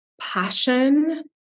passion